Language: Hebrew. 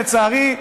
לצערי,